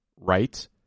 right